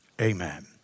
Amen